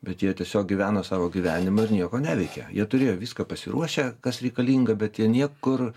bet jie tiesiog gyveno savo gyvenimą ir nieko neveikė jie turėjo viską pasiruošę kas reikalinga bet jie niekur